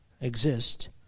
exist